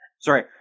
Sorry